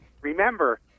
Remember